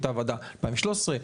הייתה ועדה ב-2013,